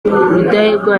rudahigwa